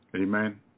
Amen